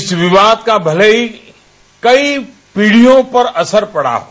इस विवाद का भले ही कई पीढ़ियों पर असर पड़ा हो